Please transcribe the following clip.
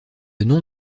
nom